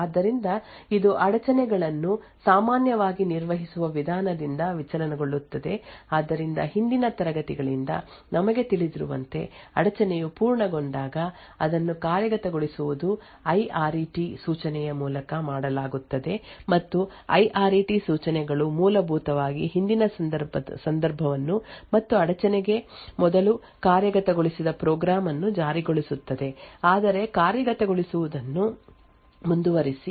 ಆದ್ದರಿಂದ ಇದು ಅಡಚಣೆಗಳನ್ನು ಸಾಮಾನ್ಯವಾಗಿ ನಿರ್ವಹಿಸುವ ವಿಧಾನದಿಂದ ವಿಚಲನಗೊಳ್ಳುತ್ತದೆ ಆದ್ದರಿಂದ ಹಿಂದಿನ ತರಗತಿಗಳಿಂದ ನಮಗೆ ತಿಳಿದಿರುವಂತೆ ಅಡಚಣೆಯು ಪೂರ್ಣಗೊಂಡಾಗ ಅದನ್ನು ಕಾರ್ಯಗತಗೊಳಿಸುವುದು ಐ ಆರ್ ಇ ಟಿ ಸೂಚನೆಯ ಮೂಲಕ ಮಾಡಲಾಗುತ್ತದೆ ಮತ್ತು ಐ ಆರ್ ಇ ಟಿ ಸೂಚನೆಗಳು ಮೂಲಭೂತವಾಗಿ ಹಿಂದಿನ ಸಂದರ್ಭವನ್ನು ಮತ್ತು ಅಡಚಣೆಗೆ ಮೊದಲು ಕಾರ್ಯಗತಗೊಳಿಸಿದ ಪ್ರೋಗ್ರಾಂ ಅನ್ನು ಜಾರಿಗೊಳಿಸುತ್ತದೆ ಆದರೆ ಕಾರ್ಯಗತಗೊಳಿಸುವುದನ್ನು ಮುಂದುವರಿಸಿ